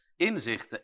inzichten